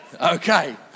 Okay